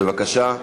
בבקשה.